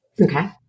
Okay